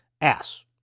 ass